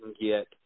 get